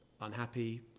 Unhappy